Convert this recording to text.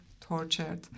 tortured